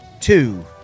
two